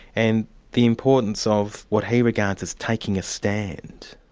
and the importance of what he regards as taking a stand.